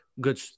good